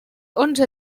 onze